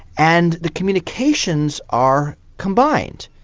and the communications are combined.